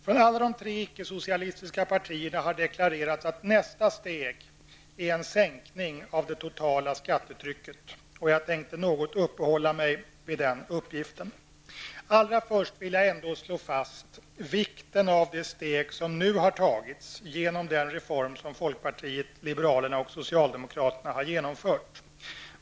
Från alla de tre icke-socialistiska partierna har det deklarerats att nästa steg är en sänkning av det totala skattetrycket, och jag tänkte något uppehålla vid den uppgiften. Allra först vill jag ändå slå fast vikten av det steg som nu har tagits genom den reform som folkpartiet liberalerna och socialdemokraterna har genomfört.